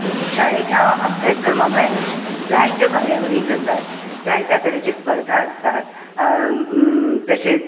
शाळेच्या अभ्यास क्रमा भायर जाय त्यो कार्यावळी जातात जाय त्या तरेची स्पर्धा आसतात तशेंच